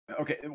Okay